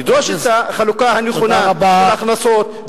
ידרוש את החלוקה הנכונה של ההכנסות,